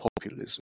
populism